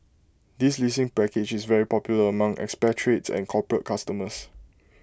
this leasing package is very popular among expatriates and corporate customers